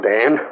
Dan